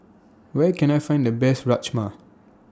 Where Can I Find The Best Rajma